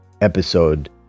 episode